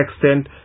extent